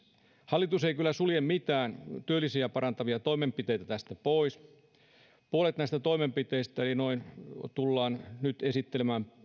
hallitus ei kyllä sulje mitään työllisyyttä parantavia toimenpiteitä tästä pois puolet näistä toimenpiteistä tullaan nyt esittelemään